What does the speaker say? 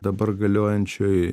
dabar galiojančioj